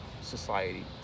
society